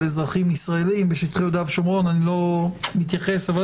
אזרחים ישראלים בשטחי יהודה ושומרון אני לא מתייחס לזה כרגע אבל